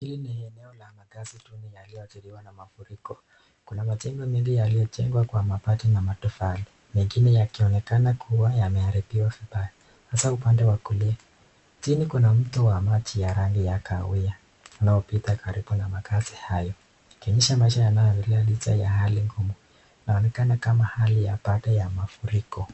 Hili ni eneo la makaazi duni yaliyoathiriwa na mafuriko. kuna majengo mengi yaliojengwa kwa mabati na matofali mengine yakionekana kuwa yameharibiwa vibaya hasa upande wa kulia . Chini kuna mto wa maji ya kahawia unaopita kando na makaazi hayo ikionyesha maisha yanayoendelea licha ya hali ngumu. Inaonekana kama hali ya baada ya mafuriko.